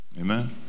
amen